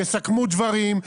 יסכמו דברים,